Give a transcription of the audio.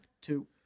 two